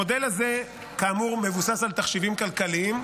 המודל הזה, כאמור, מבוסס על תחשיבים כלכליים.